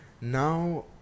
Now